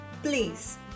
Please